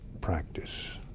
practice